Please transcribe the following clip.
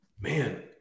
Man